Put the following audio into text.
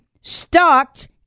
stalked